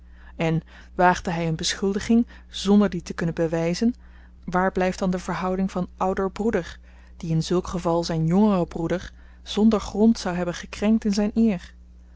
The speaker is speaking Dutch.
en waagde hy een beschuldiging zonder die te kunnen bewyzen waar blyft dan de verhouding van ouder broeder die in zulk geval zyn jongeren broeder zonder grond zou hebben gekrenkt in zyn eer